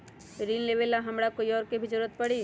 ऋन लेबेला हमरा कोई और के भी जरूरत परी?